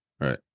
right